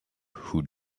who